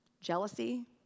Jealousy